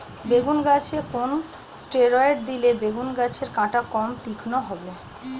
বেগুন গাছে কোন ষ্টেরয়েড দিলে বেগু গাছের কাঁটা কম তীক্ষ্ন হবে?